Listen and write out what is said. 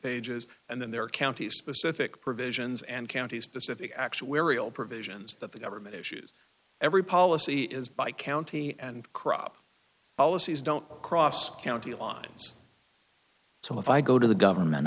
pages and then there are county specific provisions and counties to set the actuarial provisions that the government issues every policy is by county and crop policies don't cross county lines so if i go to the government